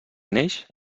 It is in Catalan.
neix